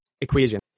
equation